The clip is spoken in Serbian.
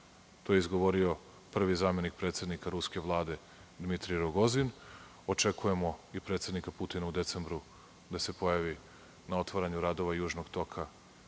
to je izgovori prvi zamenik predsednika Ruske Vlade Dimitrij Rogozin. Očekujemo i predsednika Putina u decembru da se pojavi na otvaranju radova „Južnog toka“